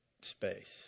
space